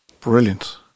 brilliant